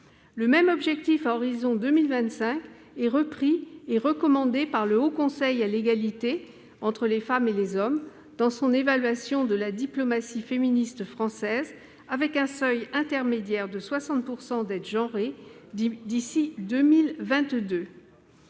Le même objectif à horizon 2025 est repris et recommandé par le Haut Conseil à l'égalité entre les femmes et les hommes dans son évaluation de la diplomatie féministe française, avec un seuil intermédiaire de 60 % d'aide genrée d'ici à 2022.